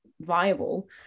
viable